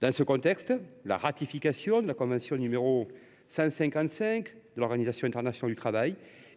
Dans ce contexte, la ratification de la convention n° 155 de l’Organisation internationale du travail